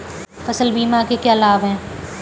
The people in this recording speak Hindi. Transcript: फसल बीमा के क्या लाभ हैं?